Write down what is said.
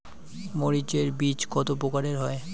মরিচ এর বীজ কতো প্রকারের হয়?